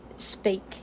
speak